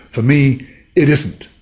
for me it isn't.